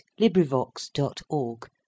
LibriVox.org